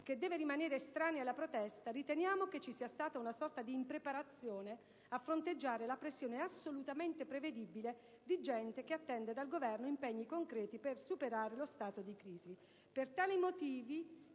che deve rimanere estranea alla protesta, riteniamo che ci sia stata una sorta di impreparazione a fronteggiare la pressione, assolutamente prevedibile, di gente che attende dal Governo impegni concreti per superare lo stato di crisi. Per tale motivo